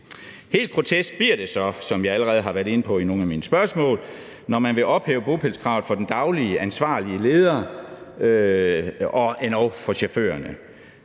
Helt grotesk bliver det så, som jeg allerede har været inde på i nogle af mine spørgsmål, når man vil ophæve bopælskravet for den daglige, ansvarlige leder og endog for chaufførerne.